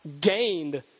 gained